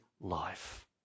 life